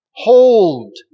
Hold